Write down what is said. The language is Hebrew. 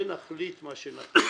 ונחליט מה שנחליט,